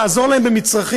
לעזור להן במצרכים,